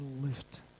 lift